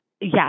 Yes